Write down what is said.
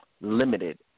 limited